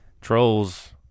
trolls